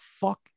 fuck